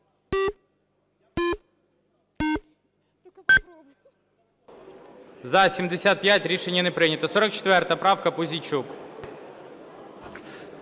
За-75 Рішення не прийнято. 44 правка, Пузійчук.